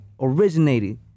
originated